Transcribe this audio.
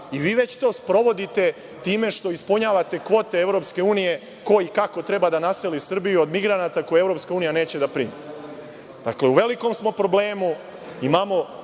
Vi već to sprovodite time što ispunjavate kvote EU ko i kako treba da naseli Srbiju od migranata koje EU neće da primi. Dakle, u velikom smo problemu, imamo